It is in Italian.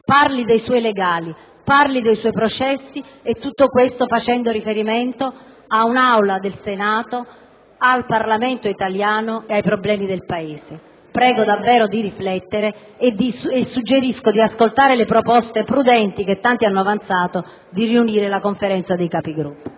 parli dei suoi legali e dei suoi processi, facendo riferimento all'Aula del Senato, al Parlamento italiano, ai problemi del Paese. Prego davvero di riflettere e suggerisco di ascoltare le proposte prudenti, che tanti hanno avanzato, di convocare la Conferenza dei Capigruppo.